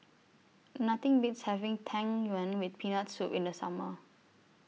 Nothing Beats having Tang Yuen with Peanut Soup in The Summer